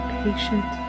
patient